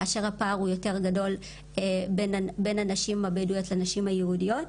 כאשר הפער הוא יותר גדול בין הנשים הבדואיות ליהודיות.